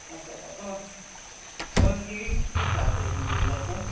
اچھا میم کیوی کس حساب سے مل جاتا ہے